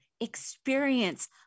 experience